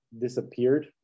disappeared